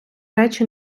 речі